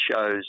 shows